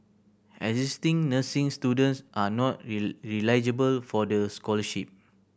existing nursing students are not eligible for the scholarship